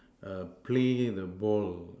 err play the ball